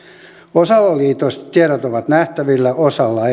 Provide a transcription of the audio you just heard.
osalla liitoista tiedot ovat nähtävillä osalla